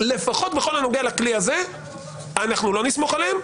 לפחות בכל הנוגע לכלי הזה אנחנו לא נסמוך עליהם,